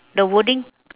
the wording